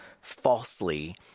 falsely